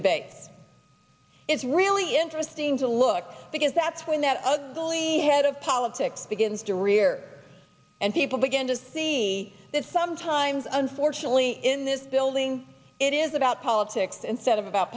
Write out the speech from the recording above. debates it's really interesting to look because that's when that ugly head of politics begins to rear and people begin to see that sometimes unfortunately in this building it is about politics instead of about